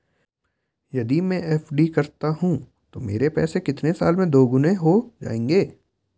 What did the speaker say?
यदि मैं एफ.डी करता हूँ तो मेरे पैसे कितने साल में दोगुना हो जाएँगे?